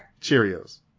Cheerios